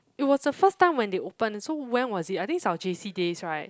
it was the first time when they open so when was it I think is our j_c days right